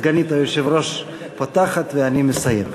סגנית היושב-ראש פותחת ואני מסיים.